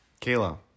Kayla